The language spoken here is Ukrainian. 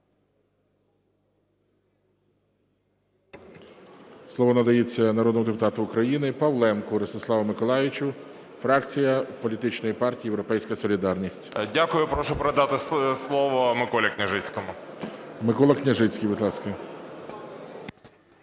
Дякую. Прошу передати слово Миколі Княжицькому.